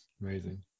amazing